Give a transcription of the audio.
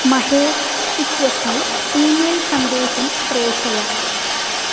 महेक् इत्यस्मै ईमेल् सन्देशं प्रेषय